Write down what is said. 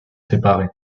séparés